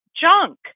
junk